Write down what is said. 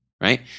right